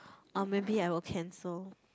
or maybe I will cancel